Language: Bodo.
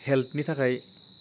हेल्थनि थाखाय